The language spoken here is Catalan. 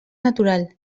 natural